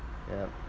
yup